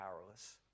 powerless